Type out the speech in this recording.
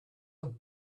have